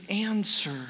answer